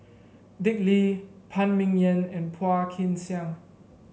Dick Lee Phan Ming Yen and Phua Kin Siang